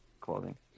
clothing